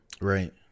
Right